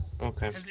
Okay